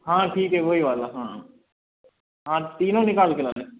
हाँ ठीक है वही वाला हाँ हाँ तीनों निकाल के ला दे